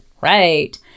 Right